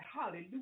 hallelujah